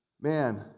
Man